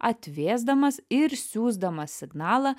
atvėsdamas ir siųsdamas signalą